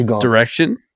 direction